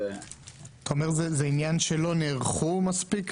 אתה אומר שזה עניין של היערכות לא מספקת?